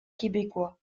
québécois